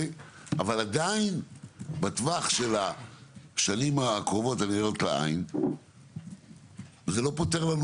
אבל עדיין בטווח של השנים הקרובות הנראות לעיין זה לא פותר לנו